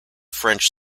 french